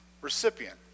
recipient